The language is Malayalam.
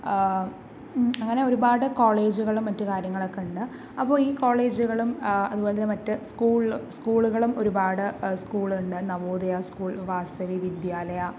അങ്ങനെ ഒരുപാട് കോളേജുകളും മറ്റു കാര്യങ്ങളൊക്കെ ഉണ്ട് അപ്പോൾ ഈ കോളേജുകളും അതുപോലെത്തന്നെ മറ്റു സ്കൂൾ സ്കൂളുകളും ഒരുപാട് സ്കൂൾ ഉണ്ട് നവോദയ സ്കൂൾ വാസരീ വിദ്യാലയ